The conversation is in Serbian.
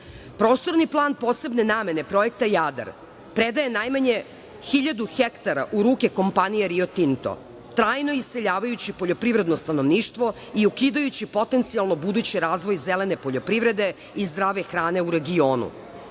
Srbije. Prostorni plan posebne namene Projekta „Jadar“ predaje najmanje hiljadu hektara u ruke kompanije „Rio Tinto“, trajno iseljavajući poljoprivredno stanovništvo i ukidajući potencijalni budući razvoj zelene poljoprivrede i zdrave hrane u regionu.